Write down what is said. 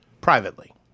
privately